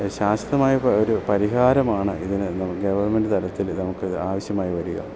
ശാസ്ത്രമായി ഒരു പരിഹാരമാണ് ഇതിന് ഗെവർമൻ്റ് തലത്തിൽ നമുക്ക് ആവശ്യമായി വരിക